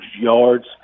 yards